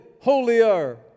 holier